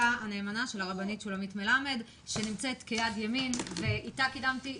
בעזרתה הנאמנה של הרבנית שולמית מלמד שנמצאת כיד ימין ואיתה קדמתי,